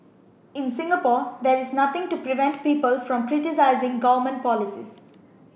in Singapore there is nothing to prevent people from criticising government policies